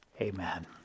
Amen